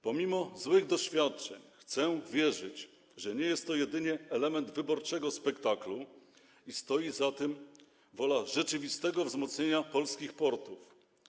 Pomimo złych doświadczeń chcę wierzyć, że nie jest to jedynie element wyborczego spektaklu i stoi za tym wola rzeczywistego wzmocnienia polskich portów.